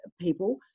people